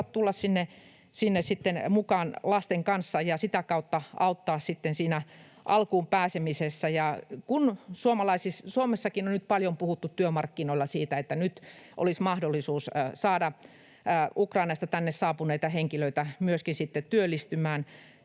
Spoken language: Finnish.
tulla sinne mukaan lasten kanssa ja sitä kautta voidaan auttaa siinä alkuun pääsemisessä. Kun Suomessakin on nyt paljon puhuttu työmarkkinoilla siitä, että nyt olisi mahdollisuus saada Ukrainasta tänne saapuneita henkilöitä myöskin työllistymään,